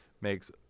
makes